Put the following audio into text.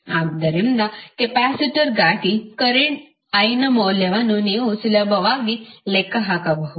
ಆದ್ದರಿಂದ ಕೆಪಾಸಿಟರ್ಗಾಗಿ current i ನ ಮೌಲ್ಯವನ್ನು ನೀವು ಸುಲಭವಾಗಿ ಲೆಕ್ಕ ಹಾಕಬಹುದು